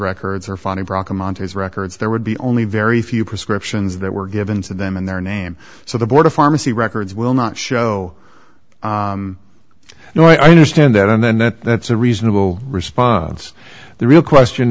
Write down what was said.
records are funny brock amount his records there would be only very few prescriptions that were given to them in their name so the board of pharmacy records will not show now i understand that and then that a reasonable response the real question